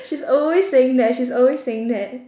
she's always saying that she's always saying that